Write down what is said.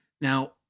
Now